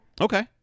Okay